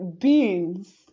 beans